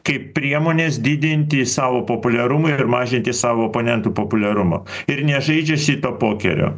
kaip priemonės didinti savo populiarumą ir mažinti savo oponentų populiarumo ir nežaidžia šito pokerio